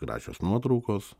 gražios nuotraukos